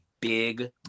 big